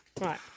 Right